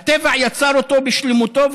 הטבע יצר אותו בשלמותו,